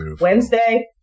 Wednesday